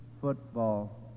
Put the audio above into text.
football